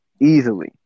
easily